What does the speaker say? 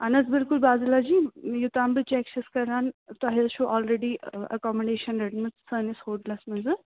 اَہَن حظ بِلکُل بازِلا جی یوٚتانۍ بہٕ چیٚک چھَس کَران تۄہہِ حظ چھو آلریٚڈی اکامڈیشَن رٔٹمٕژ سٲنِس ہوٹلَس مَنٛزٕ